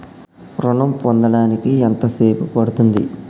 ఋణం పొందడానికి ఎంత సేపు పడ్తుంది?